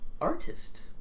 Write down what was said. artist